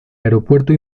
aeropuerto